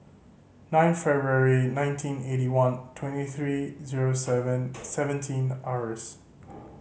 nine February nineteen eighty one twenty three zero seven seventeen hours